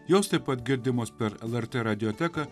jos taip pat girdimos per lrt radioteką